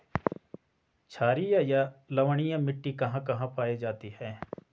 छारीय एवं लवणीय मिट्टी कहां कहां पायी जाती है?